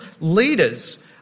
leaders